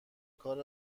کار